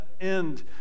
end